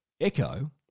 echo